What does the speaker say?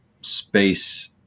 space